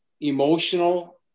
emotional